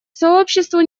сообществу